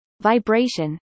vibration